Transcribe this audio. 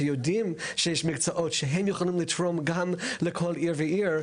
שיודעים שיש מקצועות שהם יכולים לתרום גם לכל עיר ועיר,